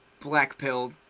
blackpilled